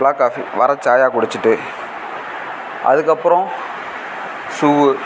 block coffee வரச் சாயா குடிச்சுட்டு அதுக்கப்புறம் ஷூவு